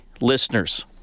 listeners